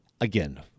again